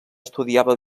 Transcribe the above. estudiava